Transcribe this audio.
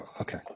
Okay